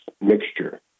mixture